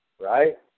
right